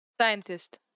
Scientist